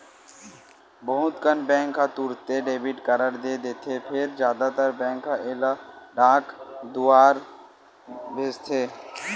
बहुत कन बेंक ह तुरते डेबिट कारड दे देथे फेर जादातर बेंक ह एला डाक दुवार भेजथे